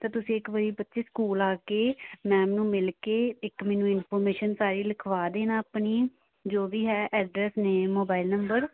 ਤਾਂ ਤੁਸੀਂ ਇੱਕ ਵਾਰੀ ਬੱਚੇ ਸਕੂਲ ਆ ਕੇ ਮੈਮ ਨੂੰ ਮਿਲ ਕੇ ਇੱਕ ਮੈਨੂੰ ਇਨਫੋਰਮੇਸ਼ਨ ਸਾਰੀ ਲਿਖਵਾ ਦੇਣਾ ਆਪਣੀ ਜੋ ਵੀ ਹੈ ਐਡਰੈੱਸ ਨੇਮ ਮੋਬਾਇਲ ਨੰਬਰ